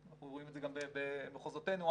אנחנו רואים את זה גם במחוזותינו אנו,